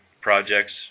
projects